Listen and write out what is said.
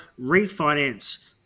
refinance –